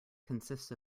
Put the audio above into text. consists